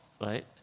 right